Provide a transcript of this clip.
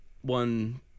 one